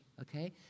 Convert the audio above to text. okay